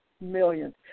Millions